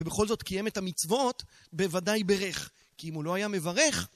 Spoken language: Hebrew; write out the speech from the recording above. ובכל זאת קיים את המצוות בוודאי ברך, כי אם הוא לא היה מברך...